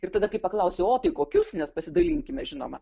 ir tada kai paklausi o tai kokius nes pasidalinkime žinoma